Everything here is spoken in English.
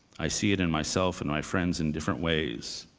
i see it in myself and my friends in different ways.